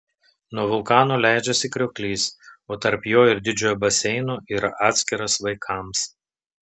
nuo vulkano leidžiasi krioklys o tarp jo ir didžiojo baseino yra atskiras vaikams